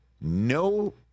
No